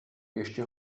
ještě